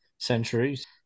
centuries